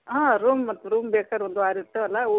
ಹಾಂ room book room ಬೇಕು ಒಂದು ವಾರ ಇರ್ತೇವೆ ಅಲ್ಲ